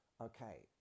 Okay